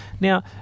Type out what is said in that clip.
Now